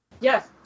Yes